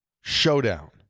showdown